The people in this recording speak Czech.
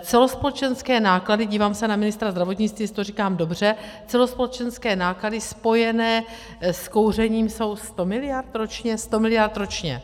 Celospolečenské náklady dívám se na ministra zdravotnictví, jestli to říkám dobře celospolečenské náklady spojené s kouřením jsou 100 miliard ročně.